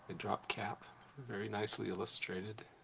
and drop cap very nicely illustrated.